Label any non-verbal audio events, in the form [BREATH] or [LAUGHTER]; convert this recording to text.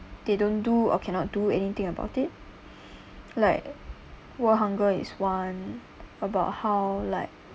they don't do or cannot do anything about it [BREATH] like world hunger is one about how like